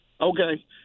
Okay